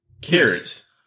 carrots